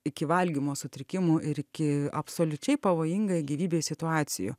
iki valgymo sutrikimų ir iki absoliučiai pavojingai gyvybei situacijų